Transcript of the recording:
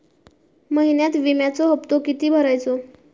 महिन्यात विम्याचो हप्तो किती भरायचो?